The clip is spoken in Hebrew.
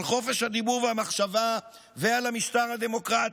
על חופש הדיבור והמחשבה ועל המשטר הדמוקרטי.